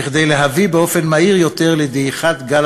כדי להביא באופן מהיר יותר לדעיכת גל